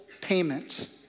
payment